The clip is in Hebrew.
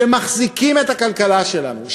שמחזיקים את הכלכלה שלנו,